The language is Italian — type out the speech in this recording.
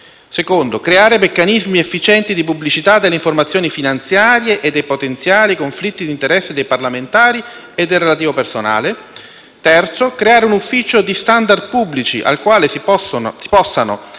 personale; creare meccanismi efficienti di pubblicità delle informazioni finanziarie e dei potenziali conflitti di interesse dei parlamentari e del relativo personale; creare un ufficio di *standard* pubblici al quale si possano